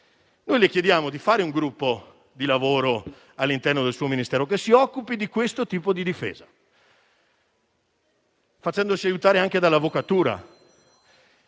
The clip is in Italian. - le chiediamo di fare un gruppo di lavoro all'interno del suo Ministero che si occupi di questo tipo di difesa, facendosi aiutare anche dall'avvocatura.